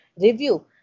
review